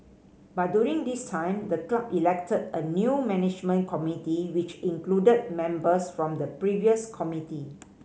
but during this time the club elected a new management committee which included members from the previous committee